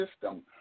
system